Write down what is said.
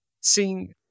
seeing